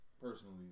Personally